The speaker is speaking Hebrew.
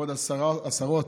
כבוד השרות,